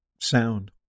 sound